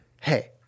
hey